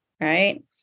right